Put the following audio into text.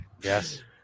Yes